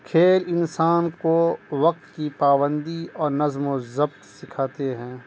کھیل انسان کو وقت کی پابندی اور نظم و ضبط سکھاتے ہیں